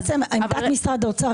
עמדת משרד האוצר,